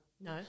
No